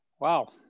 Wow